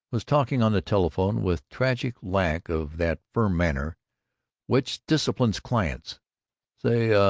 was talking on the telephone with tragic lack of that firm manner which disciplines clients say, ah,